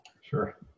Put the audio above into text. Sure